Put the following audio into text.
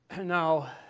Now